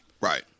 Right